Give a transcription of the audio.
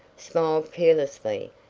smiled carelessly,